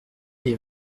les